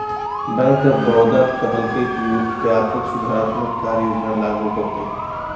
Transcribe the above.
bank of Baroda कहलकय कि व्यापक सुधारात्मक कार्य योजना लागू होतय